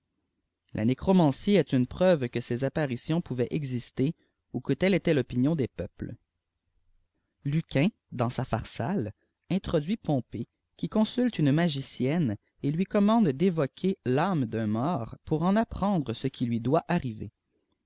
la nécromancie est une preuve que ces apparitions pouvaient éxiîrtéi ou orue telle était l'ôpmion des peuples lùtiaiti dàïis sa pharêdle introduit pompée qui consulte we ntefficîêrtfïé et lui èommande d'évoquer l'âme d'un mort pour n âtqfrèttcftè ce qtip l i doit arriver